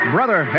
Brother